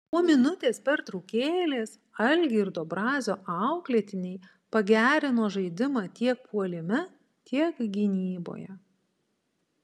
po minutės pertraukėlės algirdo brazio auklėtiniai pagerino žaidimą tiek puolime tiek gynyboje